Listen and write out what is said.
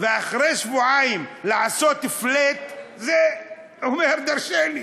ואחרי שבועיים לעשות flat זה אומר דורשני,